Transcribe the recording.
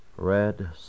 Red